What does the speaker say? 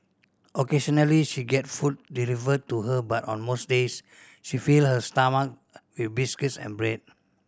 occasionally she get food delivered to her but on most days she fill her stomach with biscuits and bread